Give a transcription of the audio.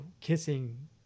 kissing